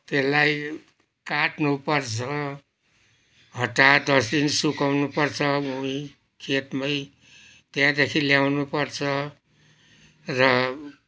त्यसलाई काटनु पर्छ हप्ता दस दिन सुकाउनु पर्छ अब उहीँ खेतमै त्यहाँदेखि ल्याउनुपर्छ र